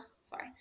sorry